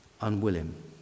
unwilling